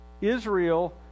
Israel